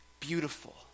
beautiful